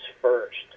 first